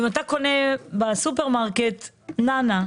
אם אתה קונה בסופרמרקט נענע.